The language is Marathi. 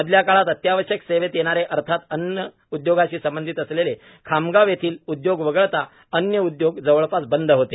मधल्या काळात अत्यावश्यक सेवेत येणारे अर्थात अन्न उद्योगाशी संबंधीत असलेले खामगाव येथील उद्योग वगळता अन्य उद्योग जवळपास बंद होते